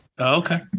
Okay